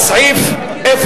נמנעים.